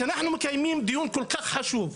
כשאנחנו מקיימים דיון כל כך חשוב,